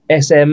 SM